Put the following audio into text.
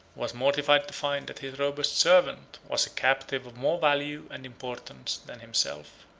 was mortified to find that his robust servant was a captive of more value and importance than himself.